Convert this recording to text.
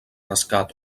rescat